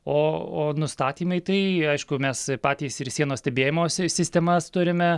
o o nustatymai tai aišku mes patys ir sienos stebėjimo sis sistemas turime